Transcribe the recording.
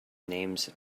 names